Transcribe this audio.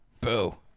boo